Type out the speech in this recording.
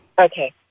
Okay